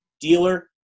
dealer